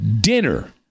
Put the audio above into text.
dinner